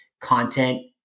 content